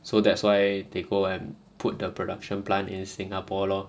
so that's why they go and put the production plant in singapore lor